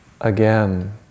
Again